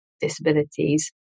disabilities